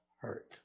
hurt